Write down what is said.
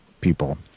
people